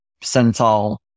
percentile